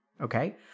Okay